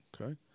Okay